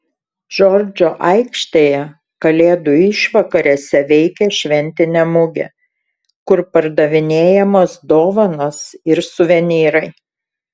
džordžo aikštėje kalėdų išvakarėse veikia šventinė mugė kur pardavinėjamos dovanos ir suvenyrai